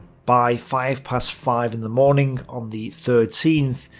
by five past five in the morning on the thirteenth,